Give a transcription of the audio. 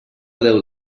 déu